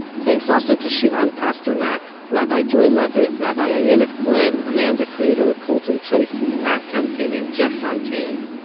thanks also to shiran pasternak, rabbi joy levitt, rabbi ayelet cohen, amanda crater, colton tracy, matt temkin and jeff fountaine.